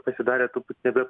pasidarė truputėlį